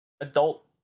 adult